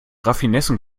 raffinessen